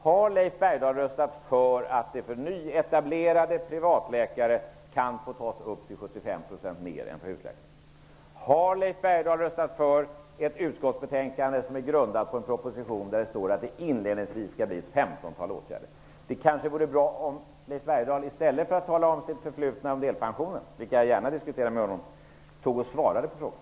Har Leif Bergdahl röstat för att nyetablerade privatläkare kan få ta upp till 75 % mer i betalt än husläkare? Har Leif Bergdahl röstat för förslagen i ett utskottsbetänkande som var grundat på en proposition, där det står att det inledningsvis är fråga om ett femtontal åtgärder? Det vore kanske bra om Leif Bergdahl i stället för att tala om sitt förflutna när det gäller delpensionen -- det diskuterar jag gärna med honom -- svarade på frågorna.